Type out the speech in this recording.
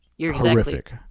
horrific